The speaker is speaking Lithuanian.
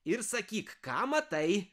ir sakyk ką matai